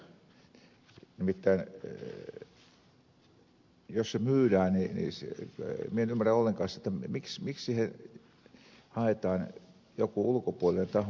nimittäin jos se myydään niin minä en ymmärrä ollenkaan miksi siihen haetaan joku ulkopuolinen taho